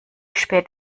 spät